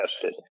tested